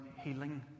healing